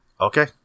Okay